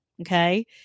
Okay